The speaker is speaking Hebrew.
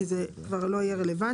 זה כבר לא יהיה רלוונטי.